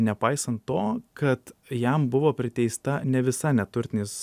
nepaisant to kad jam buvo priteista ne visa neturtinės